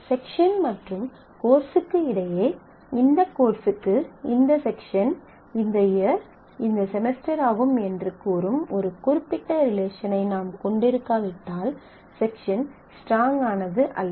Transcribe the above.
section மற்றும் கோர்ஸ்க்கு இடையே இந்த கோர்ஸ்க்கு இந்த செக்ஷன் இந்த இயர் இந்த செமஸ்டர் ஆகும் என்று கூறும் ஒரு குறிப்பிட்ட ரிலேஷனை நாம் கொண்டிருக்காவிட்டால் செக்ஷன் ஸ்ட்ராங் ஆனது அல்ல